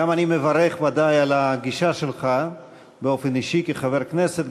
גם אני מברך ודאי על הגישה שלך באופן אישי כחבר כנסת,